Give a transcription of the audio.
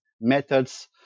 methods